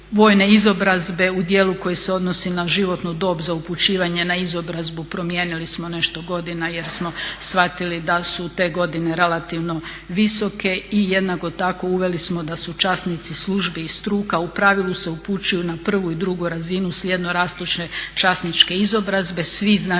vojne izobrazbe u dijelu koji se odnosi na životnu dob za upućivanje na izobrazbu promijenili smo nešto godina jer smo shvatili da su te godine relativno visoke i jednako tako uveli smo da su časnici službi i struka u pravilu se upućuju na prvu i drugu razinu … časničke izobrazbe.